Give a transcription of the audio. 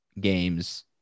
games